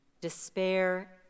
despair